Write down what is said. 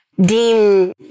deem